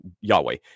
Yahweh